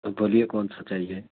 تو بولیے کون سا چاہیے